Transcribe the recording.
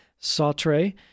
sautre